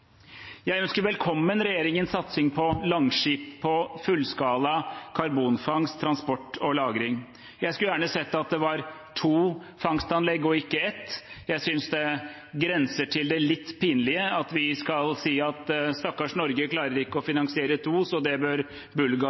Jeg ønsker velkommen regjeringens satsing på langskip, på fullskala karbonfangst, -transport og -lagring. Jeg skulle gjerne sett at det var to fangstanlegg og ikke ett. Jeg synes det grenser til det litt pinlige at vi skal si: Stakkars Norge klarer ikke å finansiere to, så det bør